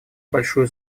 большую